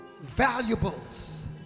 valuables